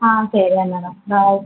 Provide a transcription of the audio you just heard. ആ ശരി എന്നാൽ ബായ്